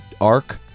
Arc